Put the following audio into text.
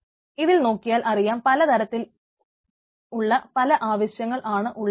ഇതിൽ നോക്കിയാൽ അറിയാം പല തലങ്ങളിലും പല ആവശ്യങ്ങൾ ആണ് ഉള്ളത് എന്ന്